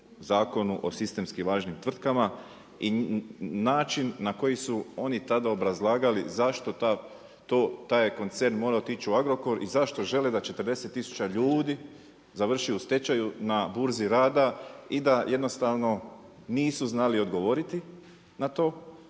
Zakonu o sistemski važnim tvrtkama i način na koji su oni tada obrazlagali zašto taj koncern mora otići u Agrokor i zašto žele da 40 tisuća ljudi završi su stečaju na burzi rada i da jednostavno nisu znali odgovoriti na to,